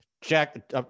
Jack